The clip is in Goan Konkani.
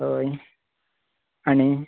हय आनी